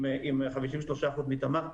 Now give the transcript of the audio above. עם 53% מתמר,